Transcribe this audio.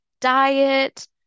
diet